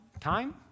time